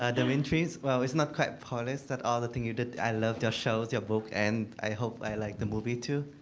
ah demetri, while it's not polished, that other thing you did, i loved your shows, your book, and i hope i like the movie too.